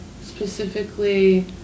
specifically